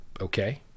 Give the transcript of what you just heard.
okay